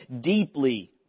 deeply